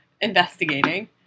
investigating